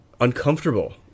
uncomfortable